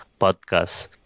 podcast